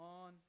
on